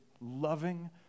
loving